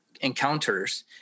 encounters